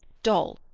dol,